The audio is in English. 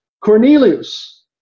Cornelius